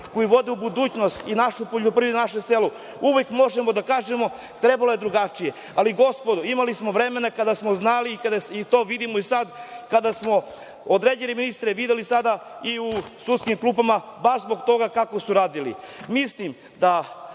koji vode u budućnost i našu poljoprivredu i naše selo. Uvek možemo da kažemo trebalo je drugačije, ali gospodo, imali smo vremena kada smo znali i to vidimo i sad kada smo određene ministre videli sada i u sudskim klupama, baš zbog toga kako su radili.